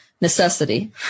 necessity